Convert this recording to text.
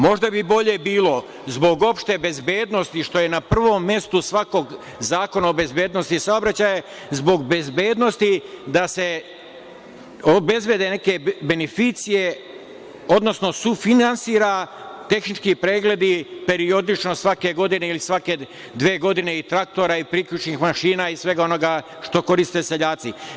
Možda bi bolje bilo, zbog opšte bezbednosti, što je na prvom mestu svakog zakona o bezbednosti saobraćaja, zbog bezbednosti da se obezbede neke beneficije, odnosno sufinansira tehnički pregledi periodično, svake godine ili svake dve godine i traktora, priključnih mašina i svega onoga što koriste seljaci.